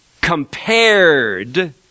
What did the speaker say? Compared